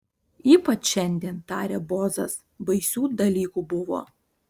ypač šiandien tarė bozas baisių dalykų buvo